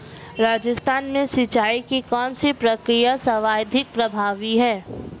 राजस्थान में सिंचाई की कौनसी प्रक्रिया सर्वाधिक प्रभावी है?